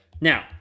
Now